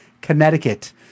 Connecticut